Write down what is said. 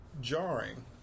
jarring